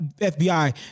FBI